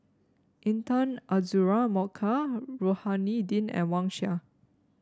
Intan Azura Mokhtar Rohani Din and Wang Sha